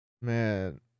Man